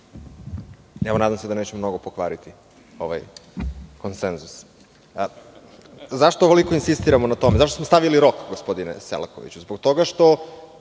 Nadam se da neću mnogo pokvariti ovaj konsenzus. Zašto ovoliko insistiramo na tome, zašto smo stavili rok, gospodine Selakoviću? Zbog toga što